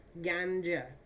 ganja